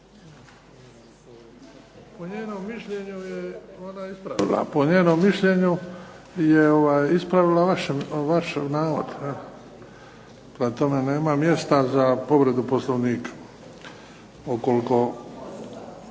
Po njenom mišljenju je ispravila vaš navod. Prema tome nema mjesta za povredu Poslovnika, ukoliko